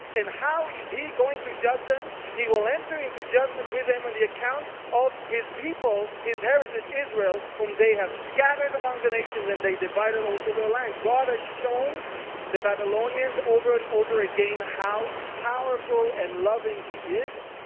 and how is he going to judge them? he will enter into judgment with them on the account of his people, his heritage israel. whom they have scattered among the nations and they divided also their land. god has ah shown the babylonians over and over again how powerful and loving he is.